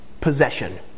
Possession